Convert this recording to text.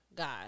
God